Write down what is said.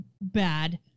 bad